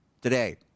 Today